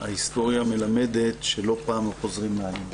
ההיסטוריה מלמדת שלא פעם הם חוזרים לאלימות.